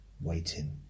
waiting